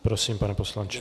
Prosím, pane poslanče.